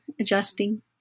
adjusting